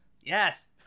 Yes